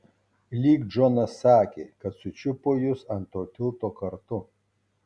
lyg džonas sakė kad sučiupo jus ant to tilto kartu